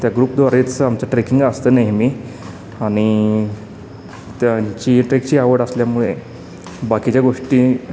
त्या ग्रुपद्वारेच आमचं ट्रेकिंग असतं नेहमी आणि त्यांची ट्रेकची आवड असल्यामुळे बाकीच्या गोष्टी